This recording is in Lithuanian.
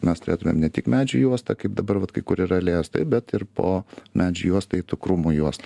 mes turėtumėm ne tik medžių juostą kaip dabar vat kai kur yra alėjos taip bet ir po medžių juosta eitų krūmų juosta